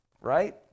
Right